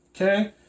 okay